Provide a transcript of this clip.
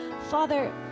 Father